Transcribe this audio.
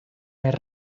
més